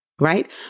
right